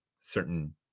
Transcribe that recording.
certain